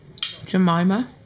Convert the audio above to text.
Jemima